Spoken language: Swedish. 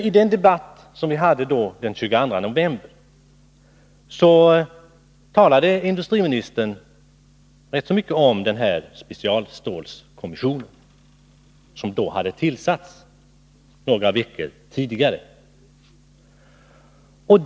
I den debatt som vi hade den 22 november talade industriministern rätt mycket om specialstålskommissionen, som då hade tillsatts några veckor tidigare.